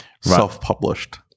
self-published